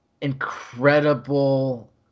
incredible